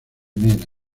mena